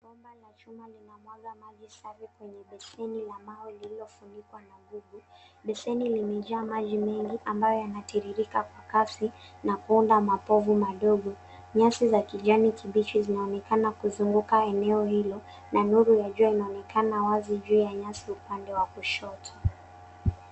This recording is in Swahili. Bomba la chuma linamwaga maji safi kwenye beseni la mawe lililofunikwa gubwi. Beseni limejaa maji mengi ambayo yanatiririka kwa kasi na kuunda mapofu madogo. Nyasi za kijani kibichi zinaonekana kuzunguka eneo hilo na nuru ya jua inaonekana wazi juu ya nyasi upande wa kushoto.